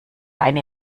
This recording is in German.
eine